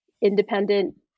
independent